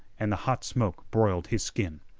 and the hot smoke broiled his skin.